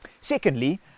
Secondly